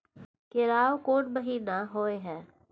केराव कोन महीना होय हय?